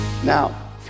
Now